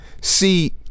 See